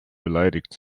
beleidigt